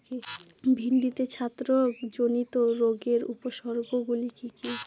ভিন্ডিতে ছত্রাক জনিত রোগের উপসর্গ গুলি কি কী?